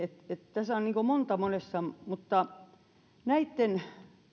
tässä on monta monessa mutta näitten